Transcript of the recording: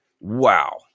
Wow